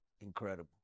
incredible